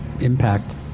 impact